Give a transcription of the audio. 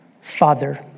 Father